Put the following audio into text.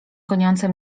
goniące